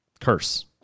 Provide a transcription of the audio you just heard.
curse